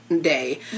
day